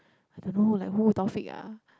I don't know who like who Taufik ah